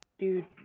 Dude